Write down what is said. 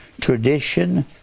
tradition